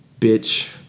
bitch